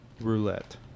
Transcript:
roulette